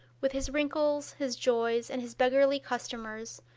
with his wrinkles, his joy, and his beggarly customers,